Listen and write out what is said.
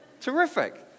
Terrific